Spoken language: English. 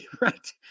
Right